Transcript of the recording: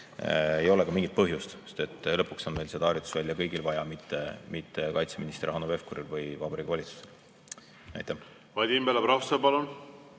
Ei ole ka mingit põhjust, sest lõpuks on meil seda harjutusvälja kõigil vaja, mitte kaitseminister Hanno Pevkuril või Vabariigi Valitsusel.